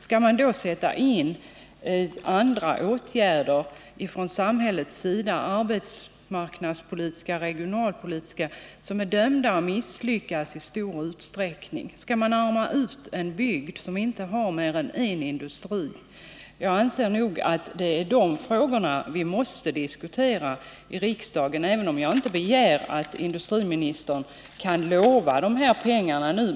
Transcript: Skall man då från samhällets sida sätta in andra arbetsmarknadspolitiska och regionalpolitiska åtgärder, vilka i stor utsträckning är dömda att misslyckas? Skall man utarma en bygd som inte har mer än en industri? Jag anser att det är dessa frågor vi måste diskutera i riksdagen, även om jag inte begär att industriministern skall kunna lova dessa pengar nu.